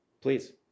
please